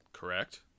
correct